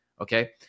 okay